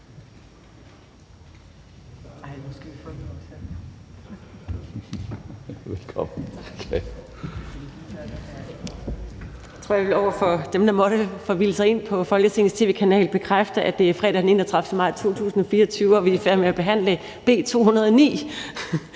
Jeg tror, at jeg over for dem, der måtte forvilde sig ind på Folketingets tv-kanal, vil bekræfte, at det er fredag den 31. maj 2024, og at vi er i færd med at behandle B 209.